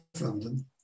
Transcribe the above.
London